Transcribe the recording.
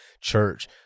church